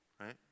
right